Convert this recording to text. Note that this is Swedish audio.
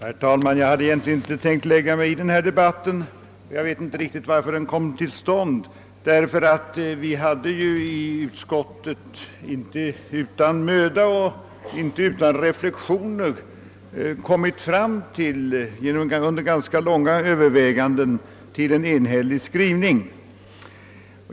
Herr talman! Jag hade inte tänkt lägga mig i denna debatt. Jag vet egentligen inte heller riktigt varför den kom till, eftersom vi i utskottet inte utan möda och reflexioner och efter ganska långa överväganden kommit fram till en enhällig skrivning.